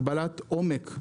הגבלת עומק,